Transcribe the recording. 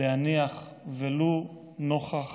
להניח, ולו נוכח